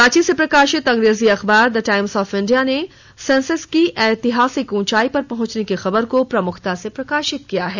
रांची से प्रकाशित अंग्रेजी अखबार द टाईम्स ऑफ इंडिया ने सेंसेक्स की ऐतिहासिक ऊंचाई पर पहुंचने की खबर को प्रमुखता से प्रकाशित किया है